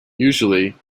usually